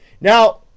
Now